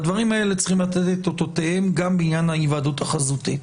והדברים האלה צריכים לתת את אותותיהם גם בעניין ההיוועדות החזותית.